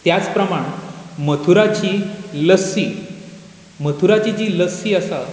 त्याच प्रमाण मथुराची लस्सी मथुराची जी लस्सी आसा